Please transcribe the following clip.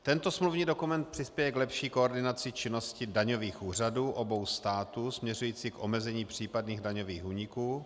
Tento smluvní dokument přispěje k lepší koordinaci činnosti daňových úřadů obou států směřující k omezení případných daňových úniků.